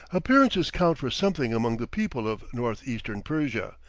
appearances count for something among the people of northeastern persia,